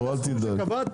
תשלש.